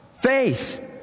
Faith